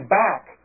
back